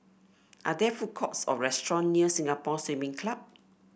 are there food courts or restaurant near Singapore Swimming Club